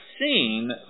seen